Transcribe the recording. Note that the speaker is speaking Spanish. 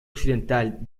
occidental